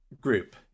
group